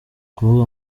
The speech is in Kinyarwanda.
kuvuga